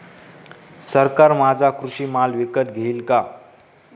सरकार माझा कृषी माल विकत घेईल का?